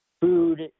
food